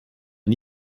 n’y